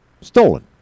Stolen